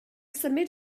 symud